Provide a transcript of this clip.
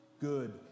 good